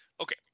Okay